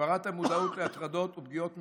הגברת המודעות להטרדות ופגיעות מיניות,